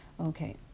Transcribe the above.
Okay